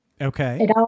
okay